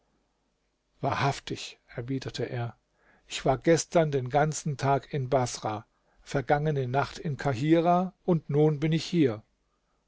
wahrhaftig erwiderte er ich war gestern den ganzen tag in baßrah vergangene nacht in kahirah und nun bin ich hier